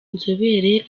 inzobere